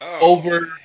over